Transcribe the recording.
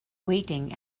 waiting